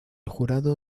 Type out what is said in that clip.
jurado